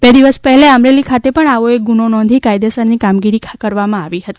બે દિવસ પહેલા અમરેલી ખાતે પણ આવો એક ગુનો નોંધીને કાયદેસરની કામગીરી કરવામાં આવી રહી છે